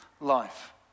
life